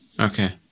okay